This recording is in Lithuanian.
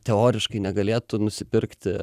teoriškai negalėtų nusipirkti